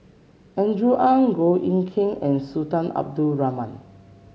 Andrew Ang Goh Eck Kheng and Sultan Abdul Rahman